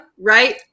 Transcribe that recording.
Right